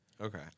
Okay